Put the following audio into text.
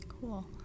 Cool